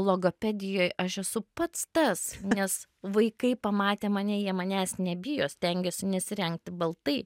logopedijoj aš esu pats tas nes vaikai pamatę mane jie manęs nebijo stengiuosi nesirengti baltai